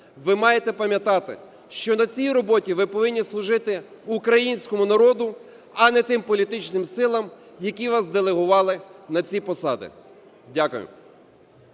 ви маєте пам'ятати, що на цій роботі ви повинні служити українському народу, а не тим політичним силам, які вас делегували на ці посади. Дякуємо.